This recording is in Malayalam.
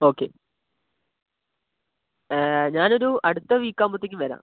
ഓക്കെ ഞാനൊരു അടുത്ത വീക്കാവുമ്പത്തേക്കും വരാം